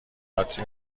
عادی